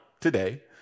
today